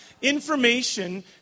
Information